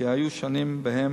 כי היו שנים שבהן